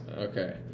Okay